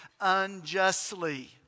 unjustly